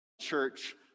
church